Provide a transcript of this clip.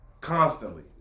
constantly